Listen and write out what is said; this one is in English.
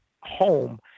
home